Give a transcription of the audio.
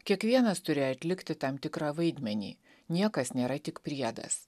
kiekvienas turėjo atlikti tam tikrą vaidmenį niekas nėra tik priedas